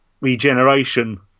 regeneration